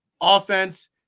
offense